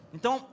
Então